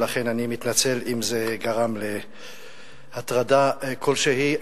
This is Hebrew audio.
ולכן אני מתנצל אם זה גרם להטרדה כלשהי.